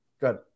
good